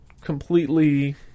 completely